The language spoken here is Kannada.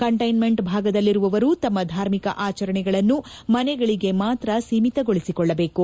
ಕಂಟ್ಲೆನ್ಮೆಂಟ್ ಭಾಗದಲ್ಲಿರುವವರು ತಮ್ಮ ಧಾರ್ಮಿಕ ಆಚರಣೆಗಳನ್ನು ಮನೆಗಳಿಗೆ ಮಾತ್ರ ಸೀಮಿತಗೊಳಿಸಿಕೊಳ್ಳಬೇಕು